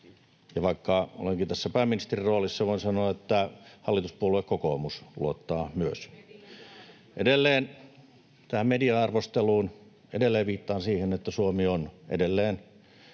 vaikka olenkin tässä pääministeriroolissa, voin sanoa, että hallituspuolue kokoomus luottaa myös. Edelleen tähän media-arvosteluun: Edelleen viittaan siihen, että Suomi on edelleen